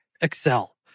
Excel